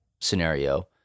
scenario